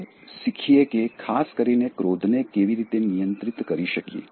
હવે શીખીએ કે ખાસ કરીને ક્રોધને કેવી રીતે નિયંત્રિત કરી શકીએ